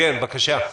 בבקשה.